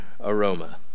aroma